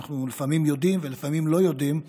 אנחנו לפעמים יודעים ולפעמים לא יודעים עליה,